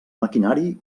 maquinari